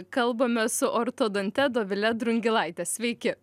kalbame su ortodonte dovile drungilaite sveiki